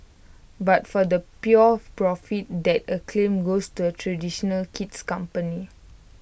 but for the pure profit that acclaim goes to A traditional kid's company